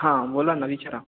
हां बोला ना विचारा